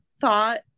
thought